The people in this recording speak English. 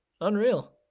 Unreal